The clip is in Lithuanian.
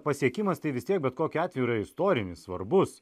pasiekimas tai vis tiek bet kokiu atveju yra istorinis svarbus